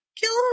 kill